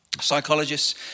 Psychologists